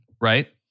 Right